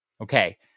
Okay